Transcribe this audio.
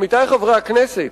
עמיתי חברי הכנסת,